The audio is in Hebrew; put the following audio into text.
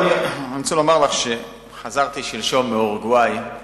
אני רוצה לומר לך, חזרתי שלשום מאורוגוואי.